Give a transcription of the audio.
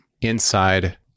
inside